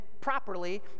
properly